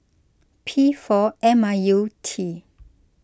P four M I U T